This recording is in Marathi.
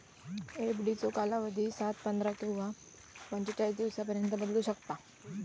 एफडीचो कालावधी सात, पंधरा किंवा पंचेचाळीस दिवसांपर्यंत बदलू शकता